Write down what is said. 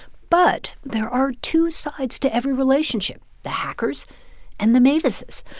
but there are two sides to every relationship, the hackers and the mavises.